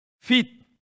Feet